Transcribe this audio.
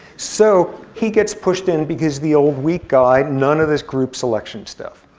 so he gets pushed in because the old, weak guy. none of this group selection stuff.